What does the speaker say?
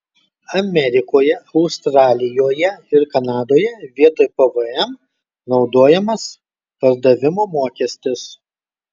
amerikoje australijoje ir kanadoje vietoj pvm naudojamas pardavimo mokestis